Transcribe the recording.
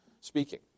speaking